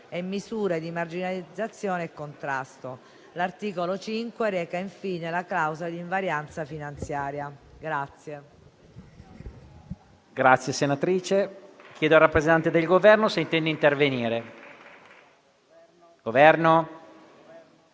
e misure di marginalizzazione e contrasto. L'articolo 5 reca infine la clausola di invarianza finanziaria.